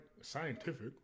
scientific